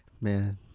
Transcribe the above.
Man